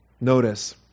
notice